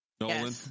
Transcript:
Nolan